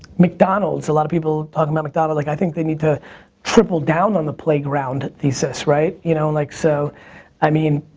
mcdonalds, a lot of people talking about mcdonalds. i think they need to triple down on the playground thesis, right? you know like so i mean,